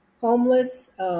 homeless